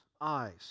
eyes